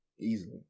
easily